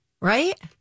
Right